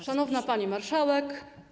Szanowna Pani Marszałek!